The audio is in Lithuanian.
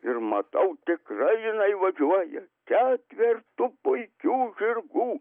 ir matau tikrai jinai važiuoja ketvertu puikių žirgų